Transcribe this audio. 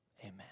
amen